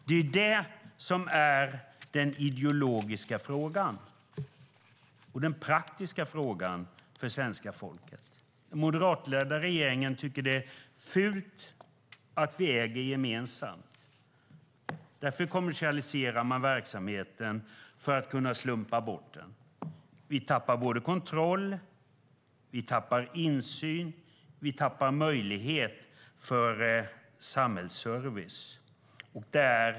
Det är det här som är den ideologiska frågan och den praktiska frågan för svenska folket. Den moderatledda regeringen tycker att det är fult att vi äger gemensamt. Man kommersialiserar verksamheten för att kunna slumpa bort den.